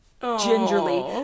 gingerly